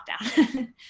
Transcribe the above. lockdown